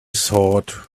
thought